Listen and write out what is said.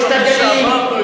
יש הגליל,